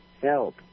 help